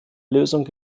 lösung